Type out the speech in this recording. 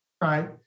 right